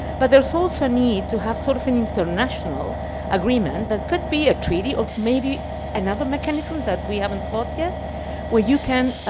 but there's also a need to have, sort of an international agreement that could be a treaty or maybe another mechanism that we haven't thought yet where you can,